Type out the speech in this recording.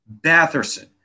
Batherson